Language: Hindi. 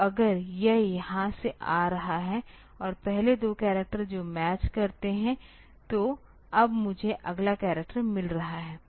तो अगर यह यहाँ से आ रहा है और पहले 2 करैक्टर जो मैच करते हैं तो अब मुझे अगला करैक्टर मिल रहा है